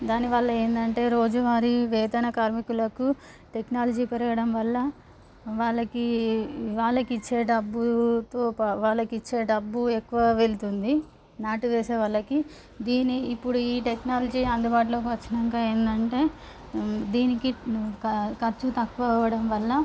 దానివల్ల ఏందంటే రోజు వారి వేతన కార్మికులకు టెక్నాలజీ పెరగడం వల్ల వాళ్ళకి వాళ్ళకి ఇచ్చే డబ్బుతో వాళ్ళకి ఇచ్చే డబ్బు ఎక్కువ వెళ్తుంది నాటు వేసే వాళ్ళకి దీని ఇప్పుడు ఈ టెక్నాలజీ అందుబాటులోకి వచ్చినాంక ఏందంటే దీనికి ఖర్చు తక్కువ అవడం వల్ల